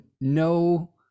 no